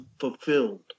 fulfilled